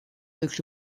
avec